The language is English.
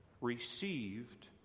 received